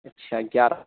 اچّھا گیارہ